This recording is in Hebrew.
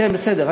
כן, בסדר.